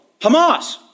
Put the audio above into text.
Hamas